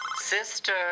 Sister